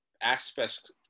aspects